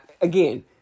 again